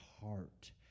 heart